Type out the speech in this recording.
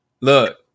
Look